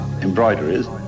embroideries